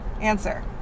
answer